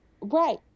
Right